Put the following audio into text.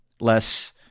less